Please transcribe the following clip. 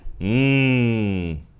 Mmm